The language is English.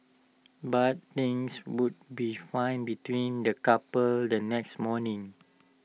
but things would be fine between the couple the next morning